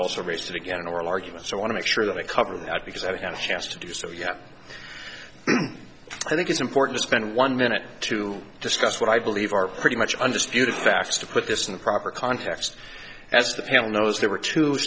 also raised it again oral arguments i want to make sure that i covered that because i had a chance to do so i think it's important to spend one minute to discuss what i believe are pretty much under sputum facts to put this in the proper context as the family knows there were two